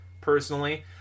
personally